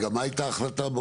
מה הייתה ההחלטה?